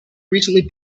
recently